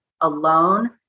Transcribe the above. alone